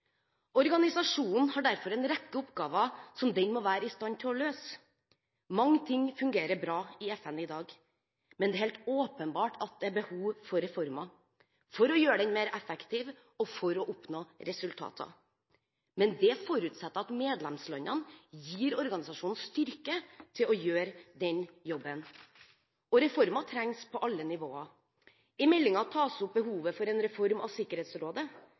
Organisasjonen har derfor en rekke oppgaver som den må være i stand til å løse. Mange ting fungerer bra i FN i dag, men det er helt åpenbart at det er behov for reformer for å gjøre den mer effektiv og for å oppnå resultater. Men det forutsetter at medlemslandene gir organisasjonen styrke til å gjøre den jobben. Reformer trengs på alle nivåer. I meldingen tas opp behovet for en reform av Sikkerhetsrådet,